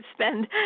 spend